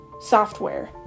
software